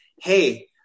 hey